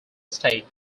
state